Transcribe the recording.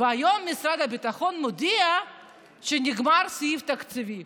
והיום משרד הביטחון מודיע שנגמר הסעיף התקציבי.